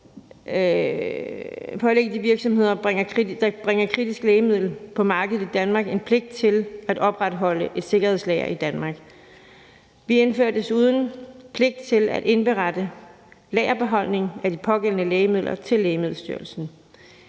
pålægge de virksomheder, der bringer kritiske lægemidler på markedet i Danmark, en pligt til at opretholde et sikkerhedslager i Danmark. Vi indfører desuden pligt til at indberette lagerbeholdning af de pågældende lægemidler til Lægemiddelstyrelsen.